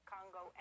Congo